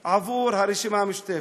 עבור הרשימה המשותפת.